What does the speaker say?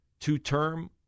two-term